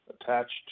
attached